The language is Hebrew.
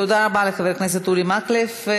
תודה רבה לחבר הכנסת אורי מקלב.